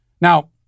Now